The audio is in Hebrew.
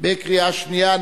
בקריאה שנייה.